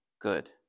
good